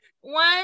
one